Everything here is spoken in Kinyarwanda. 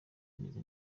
imeze